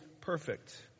perfect